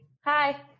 Hi